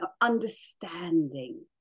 understanding